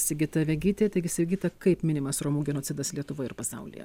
sigita vegytė taigi sigita kaip minimas romų genocidas lietuvoje ir pasaulyje